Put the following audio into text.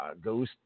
goes